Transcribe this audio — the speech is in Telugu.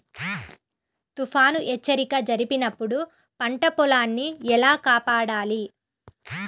తుఫాను హెచ్చరిక జరిపినప్పుడు పంట పొలాన్ని ఎలా కాపాడాలి?